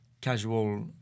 casual